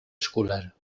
escolar